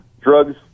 drugs